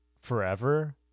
forever